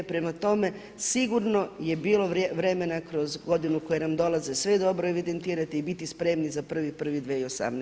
Prema tome, sigurno je bilo vremena kroz godinu, koje nam dolaze, sve dobro evidentirate i biti spremni za 1.1.2018.